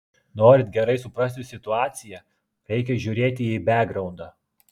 norint gerai suprasti situaciją reikia žiūrėti į bekgraundą